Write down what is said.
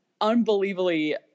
unbelievably